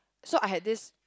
so I had this